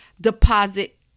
deposit